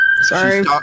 sorry